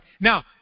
Now